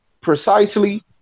precisely